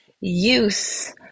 use